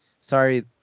Sorry